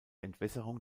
entwässerung